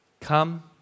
Come